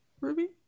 ruby